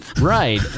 Right